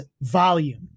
volume